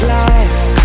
life